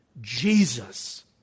Jesus